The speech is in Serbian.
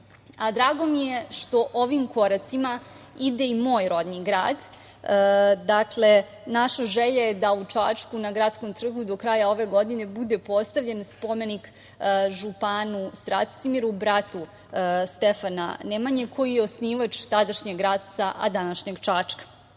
Drago mi je što ovim koracima ide i moj rodni grad. Dakle, naša želja je da u Čačku na gradskom trgu do kraja ove godine bude postavljen spomenik županu Stracimiru, bratu Stefana Nemanje, koji je osnivač tadašnjeg Gradca, a današnjeg Čačka. Drago